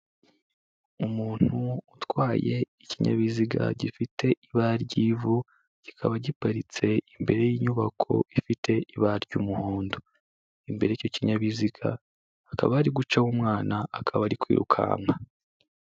Umuntu utwaye ikinyabiziga gifite ibara ry'ivu, kikaba giparitse imbere y'inyubako ifite ibara ry'umuhondo. Imbere y'icyo kinyabiziga, hakaba hari gucaho umwana, akaba ari kwirukanka.